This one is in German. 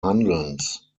handelns